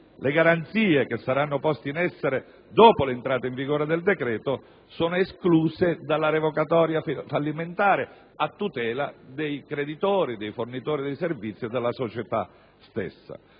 pagamenti e le garanzie posti in essere dopo l'entrata in vigore del decreto sono esclusi dalla revocatoria fallimentare, a tutela dei creditori e dei fornitori di servizi della società stessa.